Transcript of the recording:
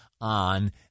on